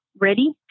ready